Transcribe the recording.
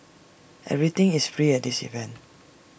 everything is free at this event